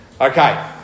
Okay